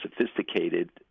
sophisticated